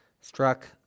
struck